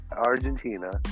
Argentina